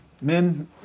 men